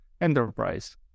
enterprise